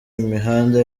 imihanda